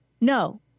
No